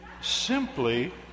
simply